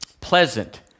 pleasant